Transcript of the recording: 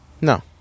No